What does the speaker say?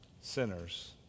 sinners